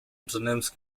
unternehmens